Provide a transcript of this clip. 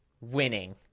Winning